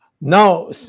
now